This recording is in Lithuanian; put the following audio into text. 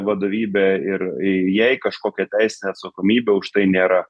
vadovybe ir jai kažkokia teisinė atsakomybė už tai nėra